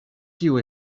tio